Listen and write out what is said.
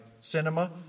cinema